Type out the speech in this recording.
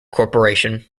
corporation